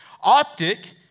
Optic